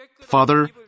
Father